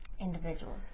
Individuals